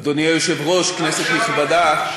אדוני היושב-ראש, כנסת נכבדה,